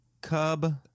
Cub